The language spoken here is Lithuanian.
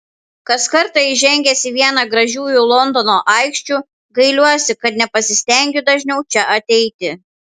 kas kartą įžengęs į vieną gražiųjų londono aikščių gailiuosi kad nepasistengiu dažniau čia ateiti